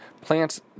plants